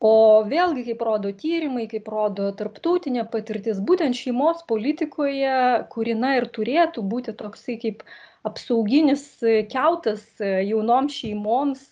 o vėlgi kaip rodo tyrimai kaip rodo tarptautinė patirtis būtent šeimos politikoje kuri na ir turėtų būti toksai kaip apsauginis kiautas jaunoms šeimoms